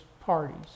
parties